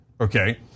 okay